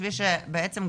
בשביל שבעצם,